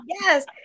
yes